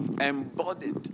embodied